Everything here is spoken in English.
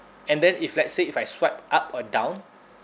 and then if let's say if I swipe up or down